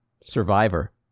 Survivor